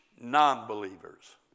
non-believers